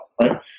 right